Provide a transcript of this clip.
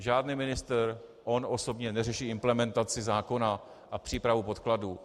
Žádný ministr osobně neřeší implementaci zákona a přípravu podkladů.